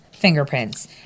Fingerprints